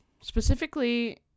Specifically